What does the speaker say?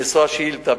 המוזכרים בשאילתא,